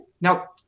now